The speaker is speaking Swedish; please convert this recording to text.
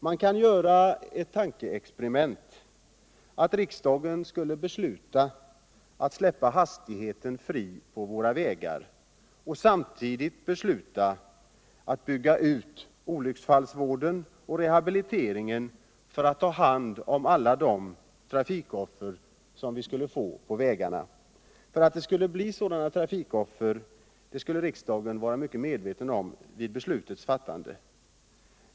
Man kan göra tankeexperimentet att riksdagen skulle besluta att släppa hastigheten fri på våra vägar och samtidigt bygga ut olycksfallsvården och rehabiliteringen för att ta hand om alla de trafikoffer som vi skulle få på vägarna. Att det skulle bli sådana trafikoffer skulle riksdagen vara mycket medveten om vid beslutets fattande.